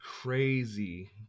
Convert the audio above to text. crazy